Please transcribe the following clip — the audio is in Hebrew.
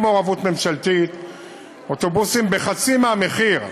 מעורבות ממשלתית אוטובוסים בחצי מהמחיר,